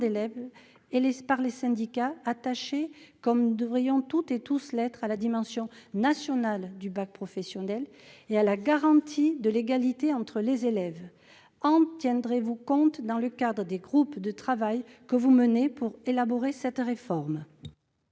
d'élèves et par les syndicats, attachés, comme nous devrions toutes et tous l'être, à la dimension nationale du bac professionnel et à la garantie de l'égalité entre les élèves. En tiendrez-vous compte dans le cadre des groupes de travail que vous avez réunis pour élaborer cette réforme ?